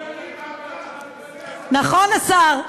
נכון, השר?